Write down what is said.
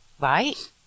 right